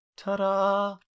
Ta-da